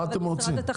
מה אתם רוצים?